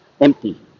empty